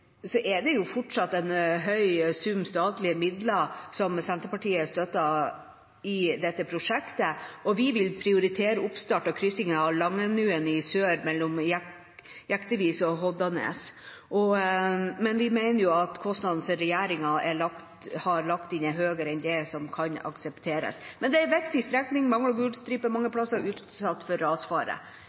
er det fortsatt en høy sum statlige midler som Senterpartiet støtter i dette prosjektet. Vi vil prioritere oppstart av kryssingen av Langenuen i sør mellom Jektevik og Hodnanes, men vi mener jo at kostnaden som regjeringa har lagt inn, er høyere enn det som kan aksepteres. Men det er en viktig strekning. Den mangler gul stripe mange steder og er utsatt for rasfare,